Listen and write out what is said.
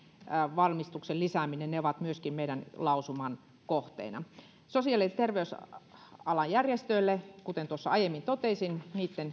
valmistuksen lisääminen ovat meidän lausuman kohteina sosiaali ja ja terveysalan järjestöjen kuten tuossa aiemmin totesin